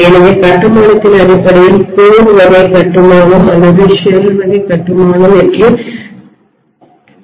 எனவே கட்டுமானத்தின் அடிப்படையில் கோர் வகை கட்டுமானம் அல்லது ஷெல் வகை கட்டுமானம் என்று ஒன்று இருக்கலாம்